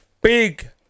Big